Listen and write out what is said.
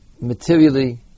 materially